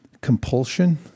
compulsion